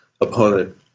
opponent